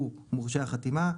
הוא מורשה החתימה.